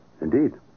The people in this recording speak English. indeed